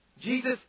Jesus